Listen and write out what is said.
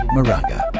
Moraga